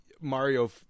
Mario